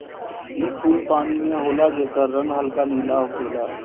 इ फूल पानी में होला जेकर रंग हल्का नीला होखेला